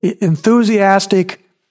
enthusiastic